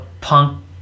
punk